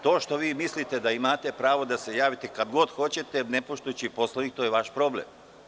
To što vi mislite da imate pravo da se javite kad god hoćete, ne poštujući Poslovnik, to je vaš problem.